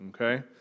Okay